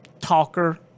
talker